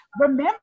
remember